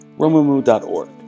Romumu.org